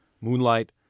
Moonlight